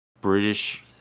British